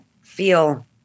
feel